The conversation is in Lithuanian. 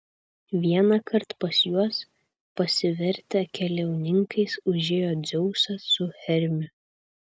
vienąkart pas juos pasivertę keliauninkais užėjo dzeusas su hermiu